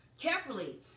Carefully